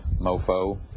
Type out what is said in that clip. mofo